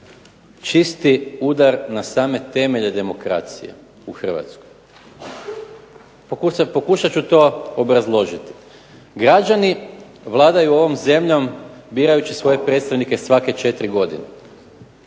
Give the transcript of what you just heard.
čisti udar na same temelje demokracije u Hrvatskoj. Pokušat ću to obrazložiti. Građani vladaju ovom zemljom birajući svoje predstavnike svake četiri godine.